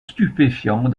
stupéfiants